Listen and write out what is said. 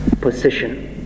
position